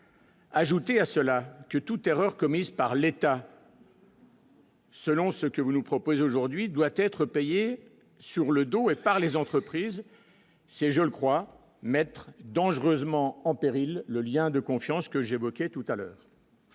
Ajoutez à cela que toute erreur commise par l'État. Selon ce que vous nous proposez aujourd'hui doit être payé sur le dos et par les entreprises, c'est, je le crois, maître dangereusement en péril le lien de confiance que j'évoquais tout à l'heure.